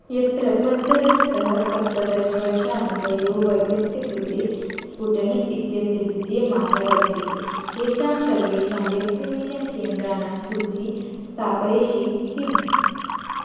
यत्र पञ्चदशतः सप्तदशवर्षाणि वयोवर्गस्य कृते स्पूटनिक् इत्यस्य द्वितीयमात्रा लभ्यते तेषां सर्वेषां व्याक्सिनेषन् केन्द्राणां सूची स्थापयसि किम्